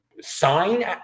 sign